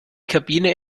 kabine